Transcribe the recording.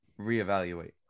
reevaluate